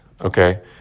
okay